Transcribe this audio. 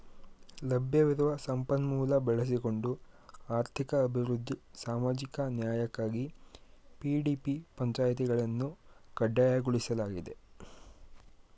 ಲಭ್ಯವಿರುವ ಸಂಪನ್ಮೂಲ ಬಳಸಿಕೊಂಡು ಆರ್ಥಿಕ ಅಭಿವೃದ್ಧಿ ಸಾಮಾಜಿಕ ನ್ಯಾಯಕ್ಕಾಗಿ ಪಿ.ಡಿ.ಪಿ ಪಂಚಾಯಿತಿಗಳನ್ನು ಕಡ್ಡಾಯಗೊಳಿಸಲಾಗಿದೆ